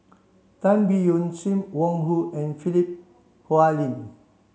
Tan Biyun Sim Wong Hoo and Philip Hoalim